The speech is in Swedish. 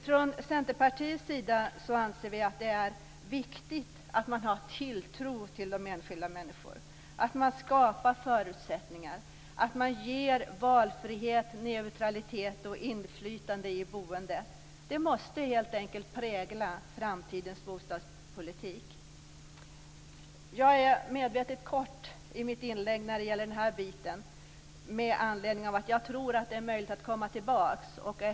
Från Centerpartiets sida anser vi att det är viktigt att ha tilltro till enskilda människor, att skapa förutsättningar för människor och ge valfrihet, neutralitet och inflytande i boendet. Det måste helt enkelt prägla framtidens bostadspolitik. Jag är medvetet kort i mitt anförande när det gäller denna fråga med anledning av att jag tror att det är möjligt att återkomma till den.